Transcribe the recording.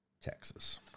Texas